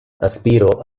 aspiro